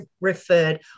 referred